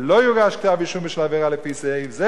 ולא יוגש כתב אישום בשל עבירה לפי סעיף זה